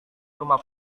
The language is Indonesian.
rumah